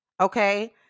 okay